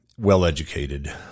well-educated